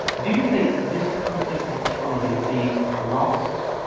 do you think this concept of autonomy is being lost?